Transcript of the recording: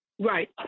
Right